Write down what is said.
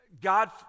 God